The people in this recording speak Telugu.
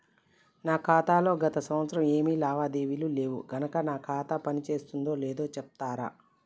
నా ఖాతా లో గత సంవత్సరం ఏమి లావాదేవీలు లేవు కనుక నా ఖాతా పని చేస్తుందో లేదో చెప్తరా?